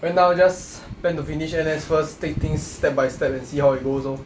right now just plan to finish N_S first take things step by step and see how it goes orh